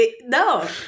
No